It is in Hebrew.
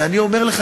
ואני אומר לך,